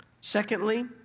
Secondly